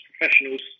professionals